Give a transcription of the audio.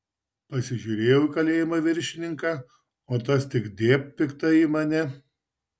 pasižiūrėjau į kalėjimo viršininką o tas tik dėbt piktai į mane